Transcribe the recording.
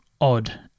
odd